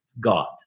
God